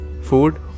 food